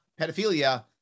pedophilia